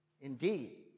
Indeed